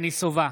יבגני סובה,